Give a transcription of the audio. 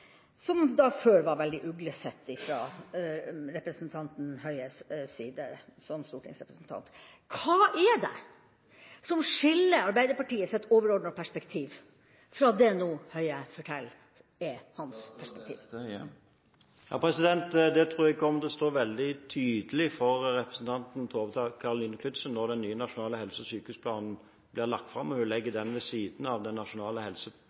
som før var veldig uglesett av den tidligere stortingsrepresentanten Bent Høie. Hva skiller Arbeiderpartiets overordnete perspektiv fra det som Høie nå forteller er hans perspektiv? Det tror jeg kommer til å bli veldig tydelig for representanten Tove Karoline Knutsen når den nye nasjonale helse- og sykehusplanen blir lagt fram og vi legger den ved siden av Nasjonal helse- og omsorgsplan, som den forrige regjeringen la fram. Nasjonal helse-